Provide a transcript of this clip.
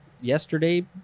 yesterday